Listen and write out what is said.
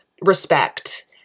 respect